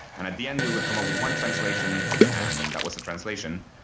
and at the end, we would come up with one translation, and that was the translation.